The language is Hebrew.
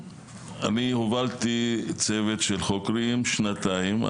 אני הובלתי צוות של חוקרים שנתיים,